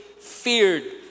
feared